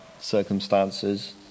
circumstances